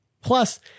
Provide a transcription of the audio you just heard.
Plus